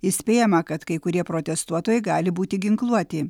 įspėjama kad kai kurie protestuotojai gali būti ginkluoti